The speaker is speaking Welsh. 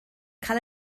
cael